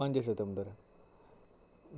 पंज सितंबर